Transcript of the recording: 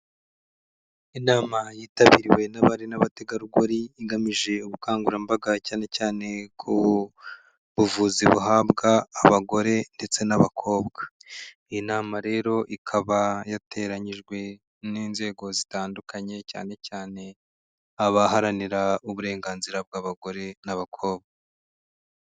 Inama yitabiriwe n'abari n'abategarugori igamije ubukangurambaga cyane cyane ku buvuzi buhabwa abagore ndetse n'abakobwa, iyi nama rero ikaba yateranyijwe n'inzego zitandukanye cyane cyane abaharanira uburenganzira bw'abagore n'abakobwa.